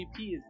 GP